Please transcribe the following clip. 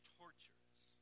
torturous